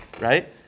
right